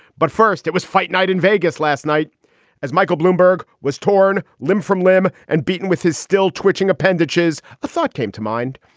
but first, it was fight night in vegas last night as michael bloomberg was torn limb from limb and beaten with his still twitching appendages. the ah thought came to mind.